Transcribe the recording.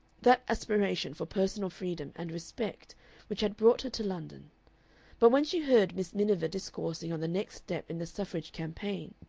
that aspiration for personal freedom and respect which had brought her to london but when she heard miss miniver discoursing on the next step in the suffrage campaign,